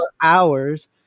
hours